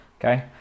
okay